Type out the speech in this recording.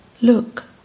Look